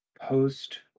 post